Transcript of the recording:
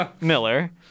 Miller